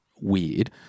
weird